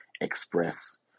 express